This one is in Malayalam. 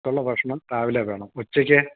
പേർക്കുള്ള ഭക്ഷണം രാവിലെ വേണം ഉച്ചയ്ക്ക്